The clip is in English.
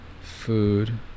food